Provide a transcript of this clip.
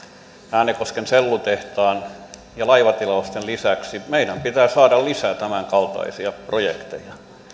äänekosken sellutehtaan ja laivatilausten lisäksi meidän pitää saada lisää tämänkaltaisia projekteja